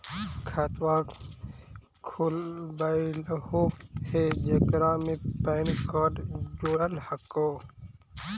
खातवा खोलवैलहो हे जेकरा मे पैन कार्ड जोड़ल हको?